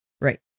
Right